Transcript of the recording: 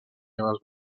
seues